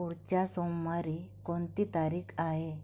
पुढच्या सोमवारी कोणती तारीख आहे